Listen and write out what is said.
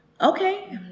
Okay